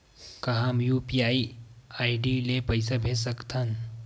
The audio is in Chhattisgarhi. का हम यू.पी.आई आई.डी ले पईसा भेज सकथन?